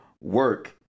work